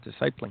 discipling